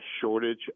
shortage